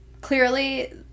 clearly